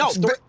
No